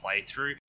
playthrough